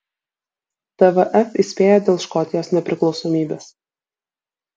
tvf įspėja dėl škotijos nepriklausomybės